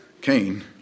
Cain